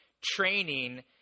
training